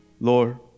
Lord